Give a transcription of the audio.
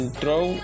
throw